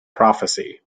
prophecy